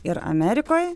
ir amerikoj